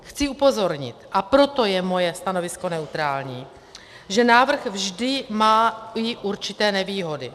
Chci upozornit a proto je moje stanovisko neutrální že návrh vždy má i určité nevýhody.